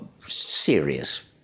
serious